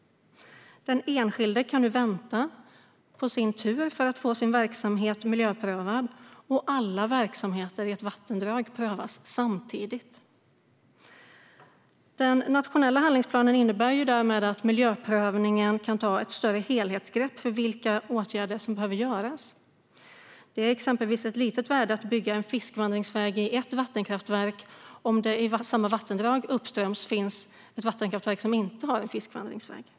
Den enskilde kan nu vänta på sin tur för att få sin vattenverksamhet miljöprövad, och alla verksamheter i ett vattendrag prövas samtidigt. Den nationella handlingsplanen innebär att miljöprövningen kan ta ett större helhetsgrepp för vilka åtgärder som behöver genomföras. Det är exempelvis litet värde att bygga en fiskvandringsväg vid ett vattenkraftverk om det i samma vatten uppströms finns ett vattenkraftverk som inte har en fiskvandringsväg.